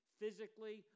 physically